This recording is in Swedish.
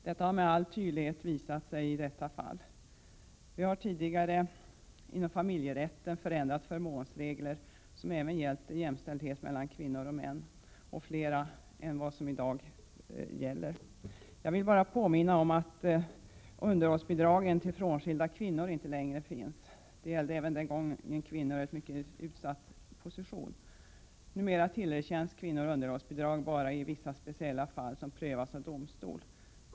Detta har med all tydlighet framgått i detta fall. Vi har tidigare förändrat förmånsregler inom familjerätten — även regler som gäller jämställdhet mellan kvinnor och män — och som har berört flera än vad som i dag är aktuellt. Jag vill bara påminna om att underhållsbidragen till frånskilda kvinnor inte längre finns. Även denna förändring berörde kvinnor i en mycket utsatt position. Numera tillerkänns kvinnor underhållsbidrag bara i vissa speciella fall som prövas av domstol.